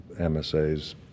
MSAs